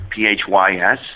PHYS